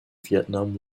vietnam